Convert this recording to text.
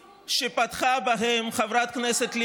לתת שק הטבות לחייל ולרמוס ולהפלות בצד השני בחוק מפלה,